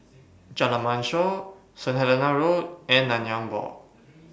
Jalan Mashor Saint Helena Road and Nanyang Walk